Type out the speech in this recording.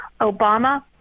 obama